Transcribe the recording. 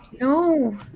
No